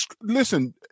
Listen